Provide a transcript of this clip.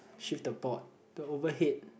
shift the board the overhead